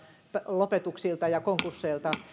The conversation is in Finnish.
lopetuksilta ja konkursseilta